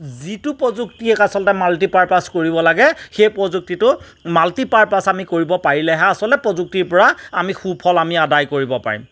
যিটো প্ৰযুক্তিক আচলতে মাল্টি পাৰপাছ কৰিব লাগে সেই প্ৰযুক্তিটো মাল্টি পাৰপাছ আমি কৰিব পাৰিলেহে আচলতে প্ৰযুক্তিৰ পৰা আমি সুফল আমি আদায় কৰিব পাৰিম